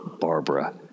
Barbara